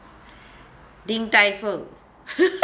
din tai fung